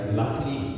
luckily